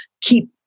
keep